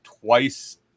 twice